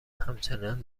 همچنان